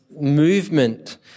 movement